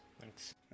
Thanks